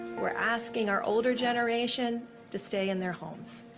we're asking our older generation to stay in their homes,